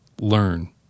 Learn